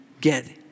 get